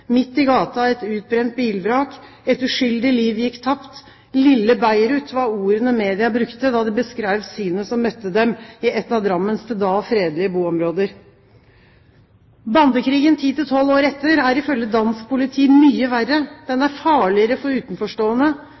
Midt i gata et utbrent bilvrak.» Et uskyldig liv gikk tapt. «Lille Beirut» var ordene media brukte da de beskrev synet som møtte dem i et av Drammens til da fredelige boområder. Bandekrigen ti til tolv år etter er ifølge dansk politi mye verre. Den er farligere for utenforstående.